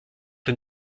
que